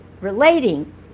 relating